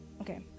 Okay